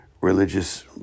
religious